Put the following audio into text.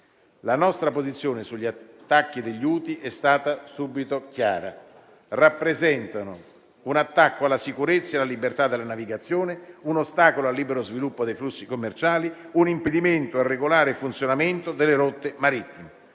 La nostra posizione sugli attacchi degli Houthi è stata subito chiara: rappresentano un attacco alla sicurezza e alla libertà della navigazione, un ostacolo al libero sviluppo dei flussi commerciali, un impedimento al regolare funzionamento delle rotte marittime.